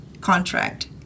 contract